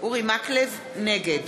נגד